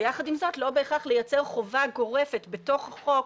ויחד עם זאת לא בהכרח לייצר חובה גורפת בתוך חוק